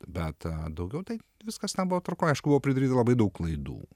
bet daugiau tai viskas ten buvo aišku buvo pridaryta labai daug klaidų